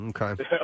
Okay